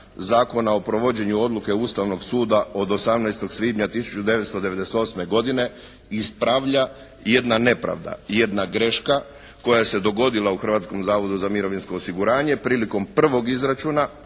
Zakona o provođenju odluke Ustavnog suda od 18. svibnja 1998. godine ispravlja jedna nepravda i jedna greška koja se dogodila u Hrvatskom zavodu za mirovinsko osiguranje prilikom prvog izračuna,